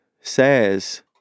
says